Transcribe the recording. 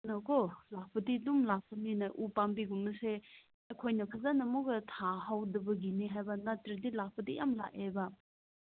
ꯂꯥꯛꯎꯀꯣ ꯂꯥꯛꯄꯗꯤ ꯑꯗꯨꯝ ꯂꯥꯛꯄꯅꯤꯅ ꯎ ꯄꯥꯝꯕꯤꯒꯨꯝꯕꯁꯦ ꯑꯩꯈꯣꯏꯅ ꯐꯖꯅ ꯑꯃꯨꯛꯀ ꯊꯥꯍꯧꯗꯕꯒꯤꯅꯦ ꯍꯥꯏꯕ ꯅꯠꯇ꯭ꯔꯗꯤ ꯂꯥꯛꯄꯗꯤ ꯌꯥꯝꯅ ꯂꯥꯛꯀꯅꯦꯕ